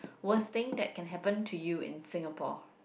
worst thing that can happen to you in Singapore